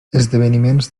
esdeveniments